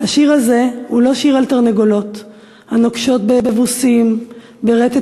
השיר הזה הוא לא שיר על תרנגולות/ הנוקשות באבוסים ברטט